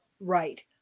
Right